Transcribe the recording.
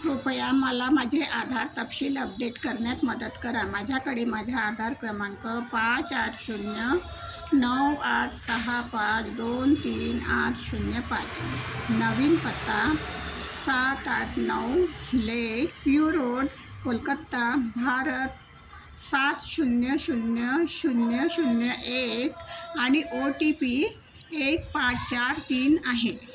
कृपया मला माझे आधार तपशील अपडेट करण्यात मदत करा माझ्याकडे माझा आधार क्रमांक पाच आठ शून्य नऊ आठ सहा पाच दोन तीन आठ शून्य पाच नवीन पत्ता सात आठ नऊ ले व्यू रोड कोलकत्ता भारत सात शून्य शून्य शून्य शून्य एक आणि ओ टी पी एक पाच चार तीन आहे